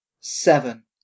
Seven